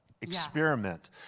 experiment